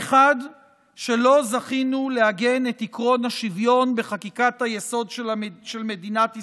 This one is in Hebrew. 1. שלא זכינו לעגן את עקרון השוויון בחקיקת היסוד של מדינת ישראל,